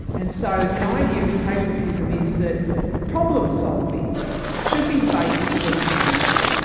and so the idea in pragmatism is that problem-solving should be the basis of education.